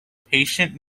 patient